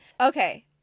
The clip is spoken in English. Okay